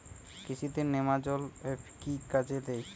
কৃষি তে নেমাজল এফ কি কাজে দেয়?